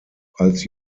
als